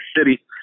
City